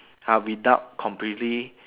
ha without completely